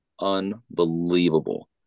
unbelievable